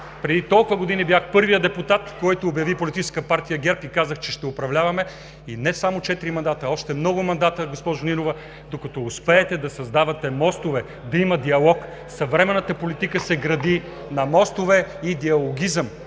преди толкова години бях първият депутат, който обяви Политическа партия ГЕРБ, и казах, че ще управляваме. И не само четири мандата, още много мандати, госпожо Нинова, докато успеете да създадете мостове, да има диалог. Съвременната политика се гради на мостове и диалогизъм.